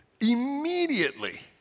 immediately